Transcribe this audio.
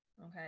okay